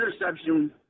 interception